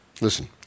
Listen